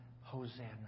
Hosanna